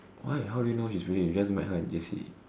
why how do you know she's weak you just met her in J_C